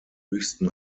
höchsten